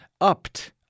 upped